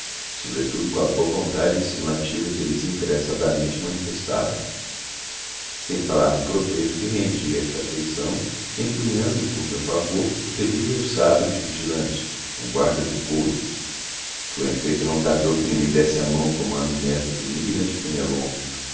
sobretudo com a boa vontade insinuativa que desinteressadamente manifestava sem falar no proveito que rendia esta afeição empunhando por meu favor o terrível sabre de vigilante com guardas de couro com efeito não tardou que ele me desse a mão como a minerva benigna de fénelon